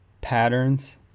patterns